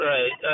Right